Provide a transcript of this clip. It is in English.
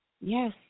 Yes